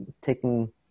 taking